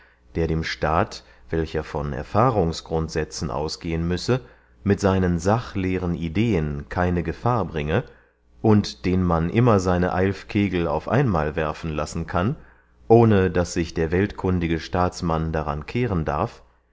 der dem staat welcher von erfahrungsgrundsätzen ausgehen müsse mit seinen sachleeren ideen keine gefahr bringe und den man immer seine eilf kegel auf einmal werfen lassen kann ohne daß sich der weltkundige staatsmann daran kehren darf